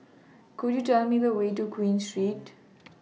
Could YOU Tell Me The Way to Queen Street